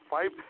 Five